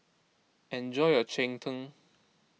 enjoy your Cheng Tng